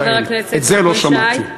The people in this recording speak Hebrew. את זה לא שמעתי.